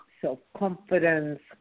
self-confidence